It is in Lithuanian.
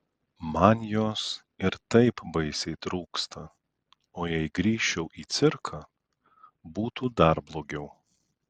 man jos ir taip baisiai trūksta o jei grįžčiau į cirką būtų dar blogiau